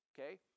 Okay